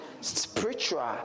Spiritual